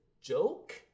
joke